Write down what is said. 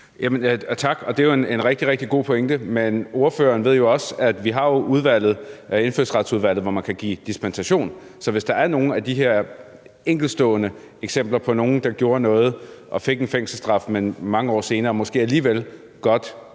Tak. Det er jo en rigtig, rigtig god pointe, men ordføreren ved jo også, at vi har Indfødsretsudvalget, hvor man kan give dispensation. Så hvis der her er enkeltstående eksempler på nogen, der gjorde noget og fik en fængselsstraf, men som mange år senere måske alligevel burde